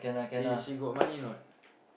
eh she got money or not